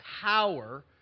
power